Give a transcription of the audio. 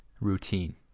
routine